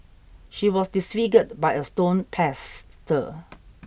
she was disfigured by a stone pestle